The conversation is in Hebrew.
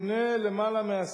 לפני יותר מעשור